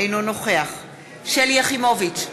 אינו נוכח שלי יחימוביץ,